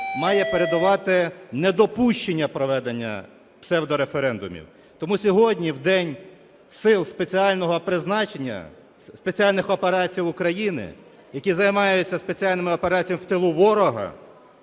має передувати недопущення проведення псевдореферендумів. Тому сьогодні в день сил спеціального призначення, спеціальних операцій України, які займаються спеціальними операціями в тилу ворона